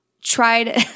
tried